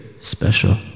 special